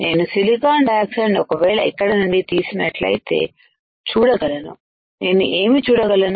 నేను silicon dioxide ని ఒకవేళ ఇక్కడ నుండి తీసిన్నట్లయితే చూడగలను నేను ఏమి చూడగలను